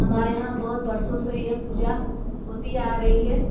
हमारे यहाँ बहुत वर्षों यह पूजा होती आ रही है